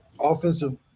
offensive